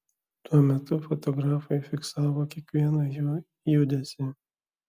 tuo metu fotografai fiksavo kiekvieną jų judesį